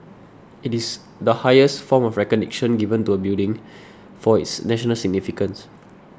it is the highest form of recognition given to a building for its national significance